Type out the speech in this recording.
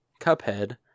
Cuphead